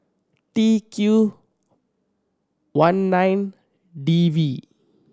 T Q one nine D V